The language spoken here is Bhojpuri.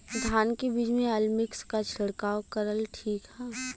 धान के बिज में अलमिक्स क छिड़काव करल ठीक ह?